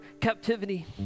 captivity